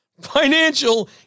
Financial